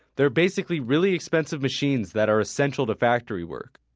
they're basically really expensive machines that are essential to factory work.